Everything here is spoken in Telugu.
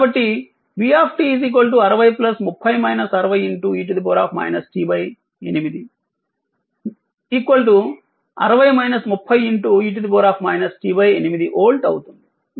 కాబట్టి v 60 30 60 e t 8 60 30 e t 8 volt అవుతుంది